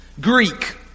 Greek